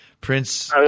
Prince